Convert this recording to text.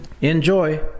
Enjoy